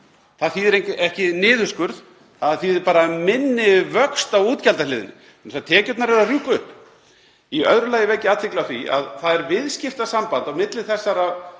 Það þýðir ekki niðurskurð, það þýðir bara minni vöxt á útgjaldahliðinni, vegna þess að tekjurnar eru að rjúka upp. Í öðru lagi vek ég athygli á því að það er viðskiptasamband þessara